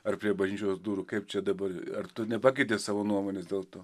ar prie bažnyčios durų kaip čia dabar ar tu nepakeitei savo nuomonės dėl to